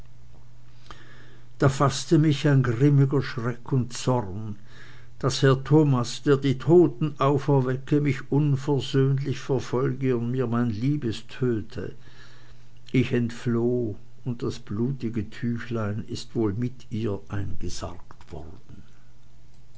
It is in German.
da faßte mich ein grimmiger schreck und zorn daß herr thomas der die toten auferwecke mich unversöhnlich verfolge und mir mein liebes töte ich entfloh und das blutige tüchlein ist wohl mit ihr eingesargt worden